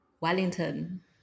Wellington